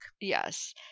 Yes